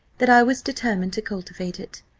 that i was determined to cultivate it.